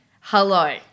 hello